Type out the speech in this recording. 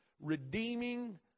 redeeming